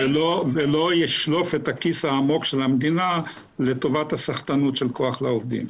ולא ישלוף את הכיס העמוק של המדינה לטובת הסחטנות של כח לעובדים.